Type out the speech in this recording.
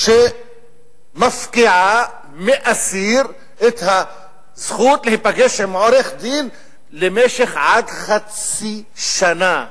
שמפקיעה מאסיר את הזכות להיפגש עם עורך-דין למשך עד חצי שנה.